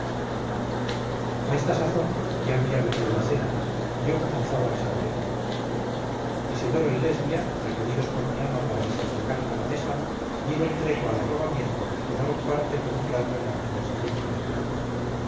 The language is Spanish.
esta sazón ya había venido la cena y yo comenzaba a servirla isidoro y lesbia requeridos por mi ama para que se acercaran a la mesa dieron tregua al arrobamiento y tomaron parte por un rato en la conversación general